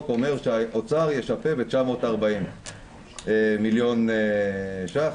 אומר שהאוצר ישפה ב-940 מיליון שקלים.